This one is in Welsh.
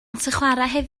chwarae